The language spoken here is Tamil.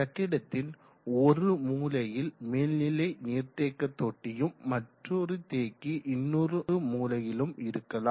கட்டிடத்தின் ஒரு மூலையில் மேல்நிலை நீர் தேக்க தொட்டியும் மற்றும் தேக்கி இன்னோரு மூலைகளிலும் இருக்கலாம்